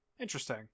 Interesting